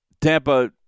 Tampa